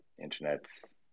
internet's